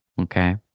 okay